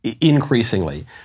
increasingly